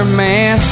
man